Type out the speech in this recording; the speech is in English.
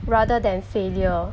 rather than failure